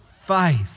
faith